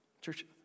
church